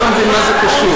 לא מבין מה זה קשור.